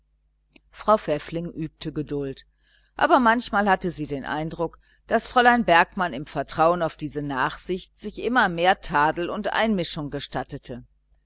frau pfäffling übte geduld aber manchmal hatte sie den eindruck daß fräulein bergmann im vertrauen auf diese nachsicht sich immer mehr kritik und einmischung gestattete